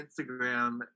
Instagram